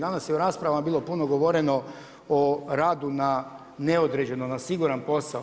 Danas je u raspravama bilo puno govoreno o radu na neodređeno, na siguran posao.